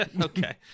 Okay